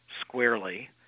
squarely